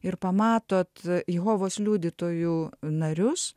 ir pamatot jehovos liudytojų narius